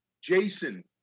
Jason